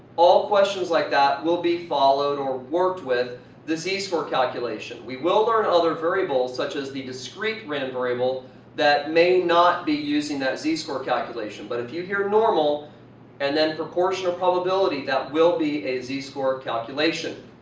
all questions like that will be and worked with the z score calculation. we will learn other variables such as the discrete random variable that may not be using that z score calculation. but if you hear normal and then proportion or probability that will be a z score calculation.